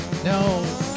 No